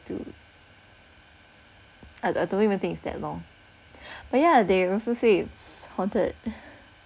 two I don't even think it's that lor but ya they also say it's haunted